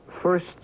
first